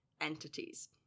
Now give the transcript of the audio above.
entities